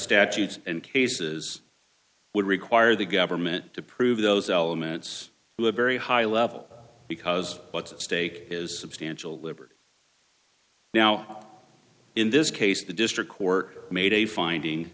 statutes and cases would require the government to prove those elements were very high level because what's at stake is substantial liberty now in this case the district court made a finding